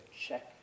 check